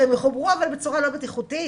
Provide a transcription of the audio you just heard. שהם יחוברו, אבל בצורה לא בטיחותית?